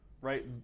right